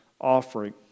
offering